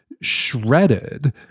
shredded